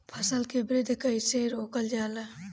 फसल के वृद्धि कइसे रोकल जाला?